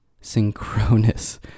synchronous